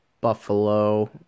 Buffalo